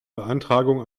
beantragung